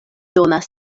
donas